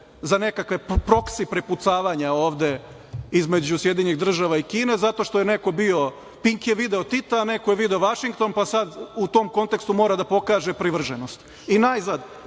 za nekakva proksi prepucavanja ovde između SAD i Kine, zato što je neko bio, pink je video Tita, a neko je video Vašington pa sada u tom kontekstu mora da pokaže privrženost. Najzad,